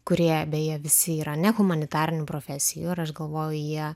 kurie beje visi yra ne humanitarinių profesijų ir aš galvoju jie